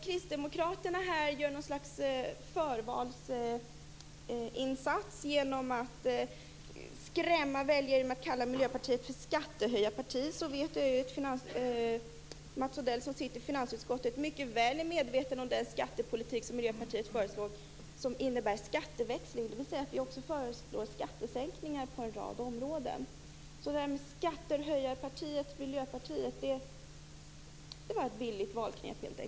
Kristdemokraterna gör ett slags förvalsinsats när man skrämmer väljare genom att kalla Miljöpartiet för skattehöjarparti. Jag vet att Mats Odell, som sitter i finansutskottet, mycket väl är medveten om att den skattepolitik som Miljöpartiet föreslår innebär skatteväxling. Det innebär att vi också föreslår skattesänkningar på en rad områden. Att säga att Miljöpartiet är ett skattehöjarparti är helt enkelt ett billigt valknep.